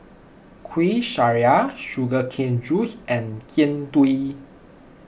Kuih Syara Sugar Cane Juice and Jian Dui